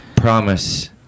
promise